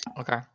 Okay